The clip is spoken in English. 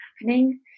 happening